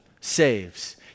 saves